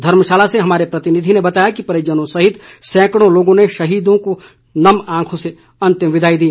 धर्मशाला से हमारे प्रतिनिधि ने बताया कि परिजनों सहित सैंकड़ों लोगों ने शहीद को नम आंखों से अंतिम विदाई दी